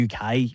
UK